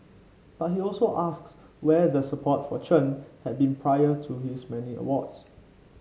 but he also asks where the support for Chen had been prior to his many awards